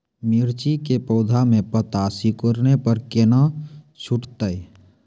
मिर्ची के पौघा मे पत्ता सिकुड़ने पर कैना सुधरतै?